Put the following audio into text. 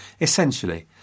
Essentially